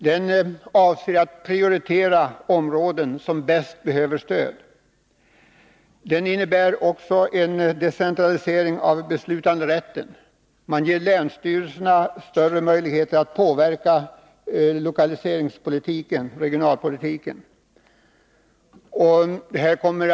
Man strävar efter att prioritera de områden som bäst behöver stöd. Den innebär också en decentralisering av beslutanderätten. Man ger länsstyrelserna större möjligheter att påverka lokaliseringspolitiken, regionalpolitiken.